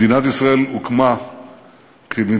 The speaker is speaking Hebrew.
מדינת ישראל הוקמה כמדינה